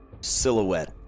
silhouette